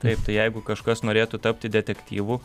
taip tai jeigu kažkas norėtų tapti detektyvu